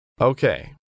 Okay